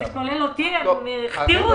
אני